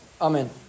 Amen